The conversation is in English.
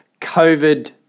COVID